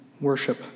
worship